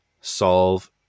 solve